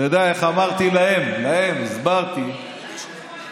אתה יודע איך אמרתי להם, להם הסברתי שרש"י,